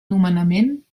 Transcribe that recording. nomenament